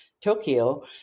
Tokyo